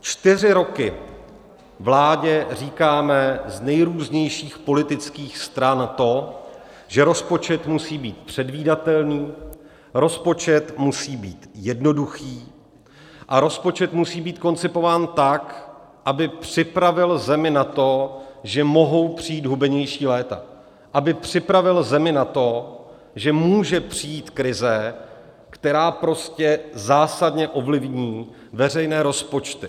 Čtyři roky vládě říkáme z nejrůznějších politických stran to, že rozpočet musí být předvídatelný, rozpočet musí být jednoduchý a rozpočet musí být koncipován tak, aby připravil zemi na to, že mohou přijít hubenější léta, aby připravil zemi na to, že může přijít krize, která prostě zásadně ovlivní veřejné rozpočty.